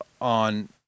on